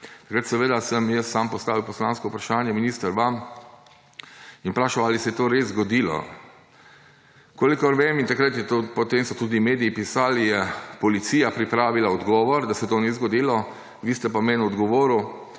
Takrat seveda sem jaz sam postavil poslansko vprašanje, minister, vam in vprašal, ali se je to res zgodilo. Kolikor vem – in takrat potem so tudi mediji pisali – je Policija pripravila odgovor, da se to ni zgodilo, vi ste pa meni odgovorili,